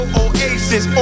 oasis